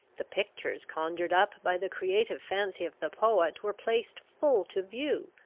the pictures conjured up by the creative fancy of the poet were placed full to view,